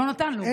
והוא לא נתן לו.